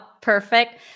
Perfect